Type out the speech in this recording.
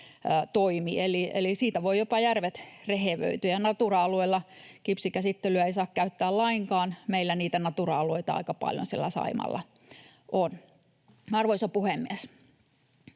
siitä voivat järvet jopa rehevöityä, ja Natura-alueella kipsikäsittelyä ei saa käyttää lainkaan — meillä niitä Natura-alueita aika paljon siellä Saimaalla on. Arvoisa puhemies!